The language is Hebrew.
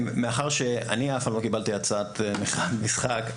מכיוון שאני אף פעם לא קיבלתי הצעת מכירת משחק,